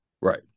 right